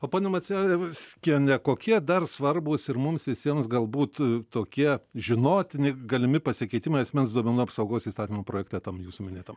o ponia macijauskiene kokie dar svarbūs ir mums visiems galbūt tokie žinotini galimi pasikeitimai asmens duomenų apsaugos įstatymo projekte tam jūsų minėtam